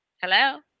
Hello